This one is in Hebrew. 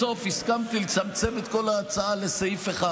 בסוף הסכמתי לצמצם את כל ההצעה לסעיף אחד.